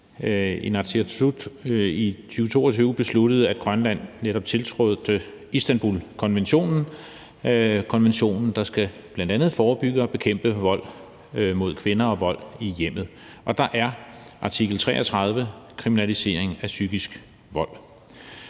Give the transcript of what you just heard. Inatsisartut i 2022 besluttede, at Grønland netop tiltrådte Istanbulkonventionen. Det er konventionen, der bl.a. skal forebygge og bekæmpe vold mod kvinder og vold i hjemmet, og der er artikel 33 en kriminalisering af psykisk vold.